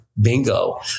bingo